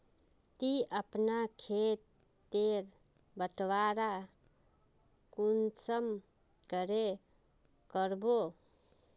ती अपना खेत तेर बटवारा कुंसम करे करबो?